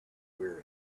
wear